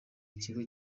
ikigo